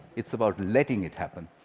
it's about letting it happen.